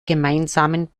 gemeinsamen